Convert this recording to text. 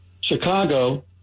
Chicago